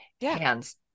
hands